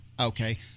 Okay